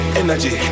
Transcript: energy